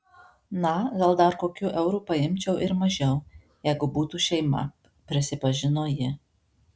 na gal dar kokiu euru paimčiau ir mažiau jeigu būtų šeima prisipažino ji